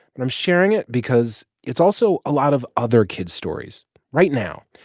and i'm sharing it because it's also a lot of other kids' stories right now.